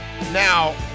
Now